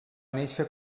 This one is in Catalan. néixer